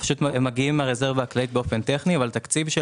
היא נכנסה בקדנציה הזאת,